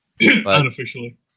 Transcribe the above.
unofficially